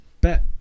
bet